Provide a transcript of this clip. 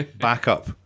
Backup